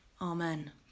Amen